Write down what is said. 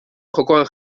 jokoan